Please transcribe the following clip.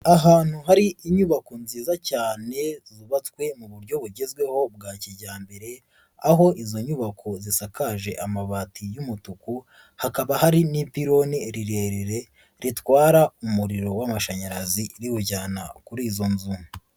Ahantu hari inyubako nziza cyane zubatswe mu buryo bugezweho bwa kijyambere, aho izo nyubako zisakaje amabati y'umutuku, hakaba hari n'ipironi rirerire ritwara umuriro w'amashanyarazi riwujyana kuri izo nzu.